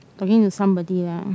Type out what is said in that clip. talking to somebody ah